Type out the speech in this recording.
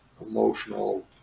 emotional